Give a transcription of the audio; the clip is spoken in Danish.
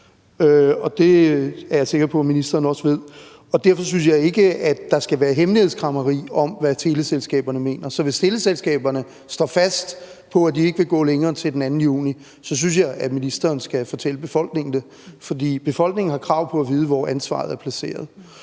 Det er jeg sikker på ministeren også ved. Derfor synes jeg ikke, at der skal være hemmelighedskræmmeri om, hvad teleselskaberne mener. Hvis teleselskaberne står fast på, at de ikke vil gå længere end til den 2. juni, så synes jeg, at ministeren skal fortælle befolkningen det. For befolkningen har krav på at vide, hvor ansvaret er placeret.